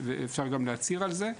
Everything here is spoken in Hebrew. ואפשר גם להצהיר על זה,